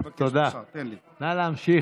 תודה, נא להמשיך.